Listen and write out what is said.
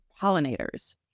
pollinators